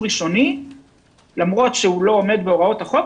ראשוני למרות שהוא לא עומד בהוראות החוק,